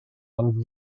ond